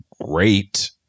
great